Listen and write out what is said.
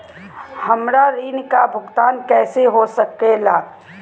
हमरा ऋण का भुगतान कैसे हो सके ला?